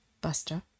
Buster